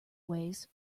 ways